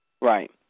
right